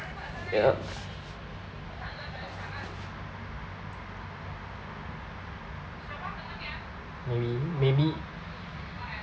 ya maybe maybe